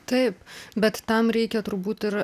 taip bet tam reikia turbūt ir